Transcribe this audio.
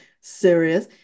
serious